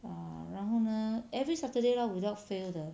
err 然后呢 every saturday lor without fail 的